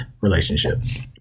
relationship